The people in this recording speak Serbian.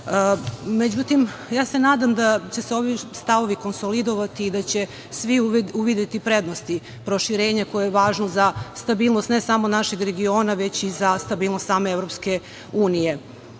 Međutim, nadam se da će se ovi stavovi konsolidovati i da će svi uvideti prednosti proširenja koje je važno za stabilnost ne samo našeg regiona, već i za stabilnost same EU.Sve ovo